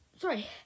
Sorry